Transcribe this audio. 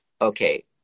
okay